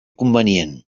convenient